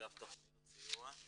תכניות סיוע.